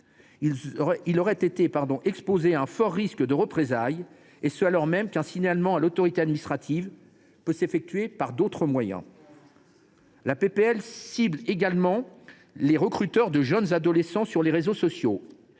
Ils auraient été exposés à un fort risque de représailles, et ce alors même qu’un signalement à l’autorité administrative peut s’effectuer par d’autres moyens. La proposition de loi cible également les recruteurs de jeunes adolescents sur les réseaux sociaux.